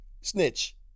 Snitch